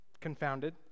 confounded